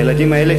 הילדים האלה,